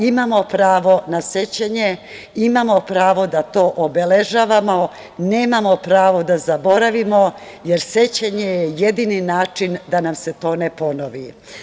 Imamo prvo na sećanje, imamo pravo da to obeležavamo, nemamo pravo da zaboravimo, jer sećanje je jedini način da nam se to ne ponovi.